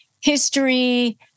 history